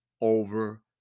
over